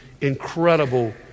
incredible